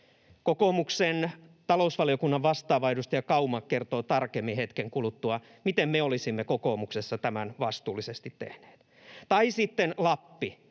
Kokoomuksen talousvaliokunnan vastaava, edustaja Kauma kertoo tarkemmin hetken kuluttua, miten me olisimme kokoomuksessa tämän vastuullisesti tehneet. Tai sitten Lappi.